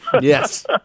Yes